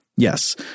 Yes